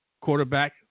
Quarterback